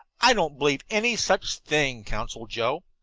i don't believe any such thing, counseled joe.